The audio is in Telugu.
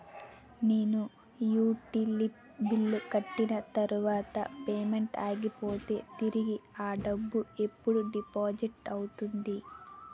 నేను యుటిలిటీ బిల్లు కట్టిన తర్వాత పేమెంట్ ఆగిపోతే తిరిగి అ డబ్బు ఎప్పుడు డిపాజిట్ అవుతుంది?